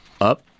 Up